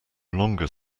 longer